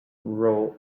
row